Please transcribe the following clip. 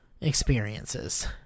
experiences